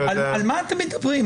על מה אתם מדברים?